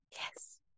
Yes